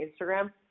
Instagram